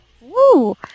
Woo